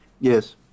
Yes